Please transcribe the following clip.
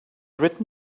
written